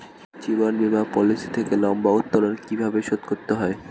জীবন বীমা পলিসি থেকে লম্বা উত্তোলন কিভাবে শোধ করতে হয়?